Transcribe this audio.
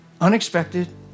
Unexpected